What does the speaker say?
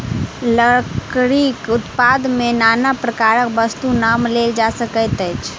लकड़ीक उत्पाद मे नाना प्रकारक वस्तुक नाम लेल जा सकैत अछि